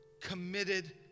committed